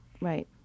right